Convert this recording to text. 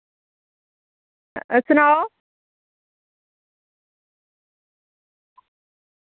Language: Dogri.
अ सनाओ